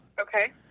Okay